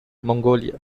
mongolia